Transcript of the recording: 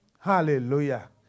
Hallelujah